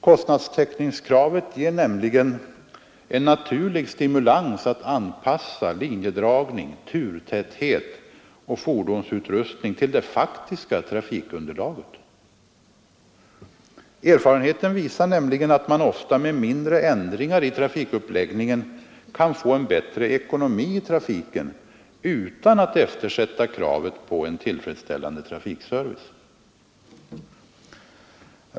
Kostnadstäckningskravet ger nämligen en naturlig stimulans att anpassa linjedragning, turtäthet och fordonsutrustning till det faktiska trafikunderlaget. Erfarenheten visar att man ofta med mindre ändringar i trafikuppläggningen kan få en bättre ekonomi i trafiken utan att eftersätta kravet på en tillfredsställande trafikservice.